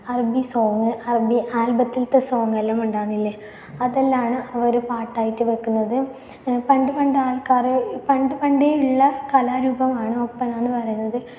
അറബി സോങ്ങ് അറബി ആൽബത്തിലത്തെ സോങ്ങെല്ലാം ഉണ്ടാകുന്നില്ലെ അതെല്ലാമാണ് അവർ പാട്ടായിട്ട് വയ്ക്കുന്നത് പണ്ട് പണ്ട് ആൾക്കാർ പണ്ട് പണ്ടേയുള്ള കലാരൂപമാണ് ഒപ്പന എന്ന് പറയുന്നത്